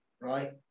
right